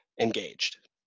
engaged